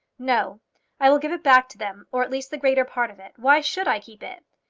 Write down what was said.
no i will give it back to them or at least the greater part of it. why should i keep it?